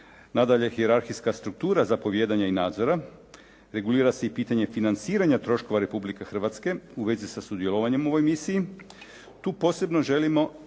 nadalje hijerarhijska struktura zapovijedanja i nadzora, regulira se i pitanje financiranja troškova Republike Hrvatske u vezi sa sudjelovanjem u ovoj misiji. Tu posebno želimo